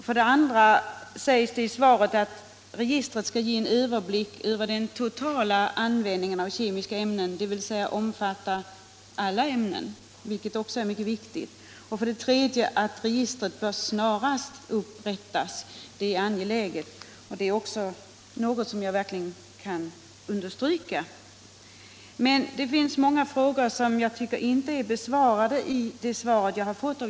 För det andra sägs det i svaret att registret skall ge en överblick över den totala användningen av kemiska ämnen, dvs. omfatta alla ämnen. Det är också mycket viktigt. För det tredje sägs det att registret snarast bör upprättas. Att detta är angeläget är någonting som jag verkligen kan understryka. Men det finns många frågor som jordbruksministern inte besvarat.